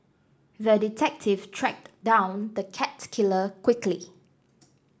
the detective tracked down the cat killer quickly